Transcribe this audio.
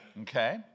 okay